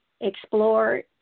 explore